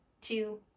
two